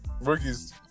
rookies